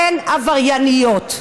הן עברייניות,